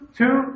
two